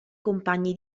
compagni